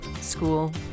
school